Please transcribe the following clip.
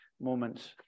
moments